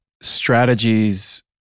strategies